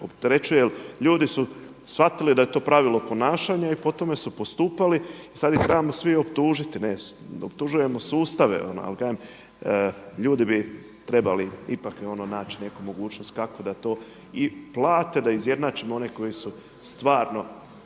Opterećuje jer ljudi su shvatili da je to pravilo ponašanja i po tome su postupali i sada ih trebamo svi optužiti. Optužujemo sustave. Ali kažem, ljudi bi trebali ipak naći neku mogućnost kako da to i plate, da izjednačimo one koji su stvarno